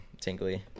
tingly